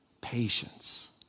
Patience